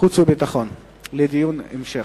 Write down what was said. החוץ והביטחון לדיון המשך.